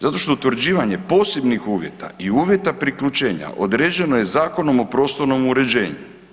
Zato što utvrđivanje posebnih uvjeta i uvjeta priključenja određeno je Zakonom o prostornom uređenju.